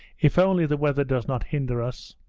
if only the weather does not hinder us.